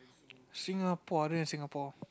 Singaporean Singapore